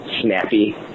snappy